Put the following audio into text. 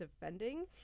defending